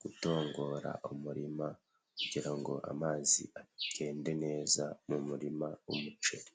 gutongora umurima kugira ngo amazi agende neza mu murima w'umuceri.